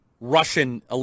Russian